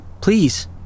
Please